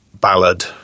ballad